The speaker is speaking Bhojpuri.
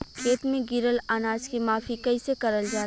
खेत में गिरल अनाज के माफ़ी कईसे करल जाला?